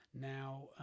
now